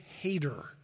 hater